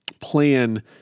plan